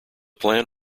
plan